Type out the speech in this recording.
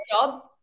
job